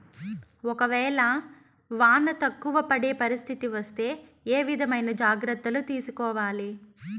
ఒక వేళ వాన తక్కువ పడే పరిస్థితి వస్తే ఏ విధమైన జాగ్రత్తలు తీసుకోవాలి?